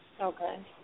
Okay